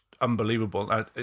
unbelievable